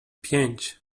pięć